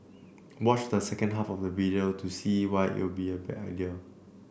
watch the second half of the video to see why it'll be a bad idea